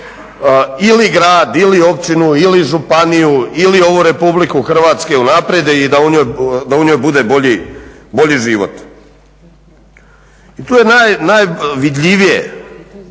ili grad ili općinu ili županiju ili ovu RH unaprijede i da u njoj bude bolji život. Tu je najvidljivije